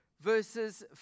verses